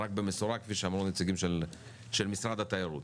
רק במשורה, כפי שאמרו הנציגים של משרד התיירות.